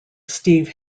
steve